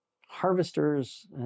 harvesters